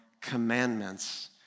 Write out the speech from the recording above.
commandments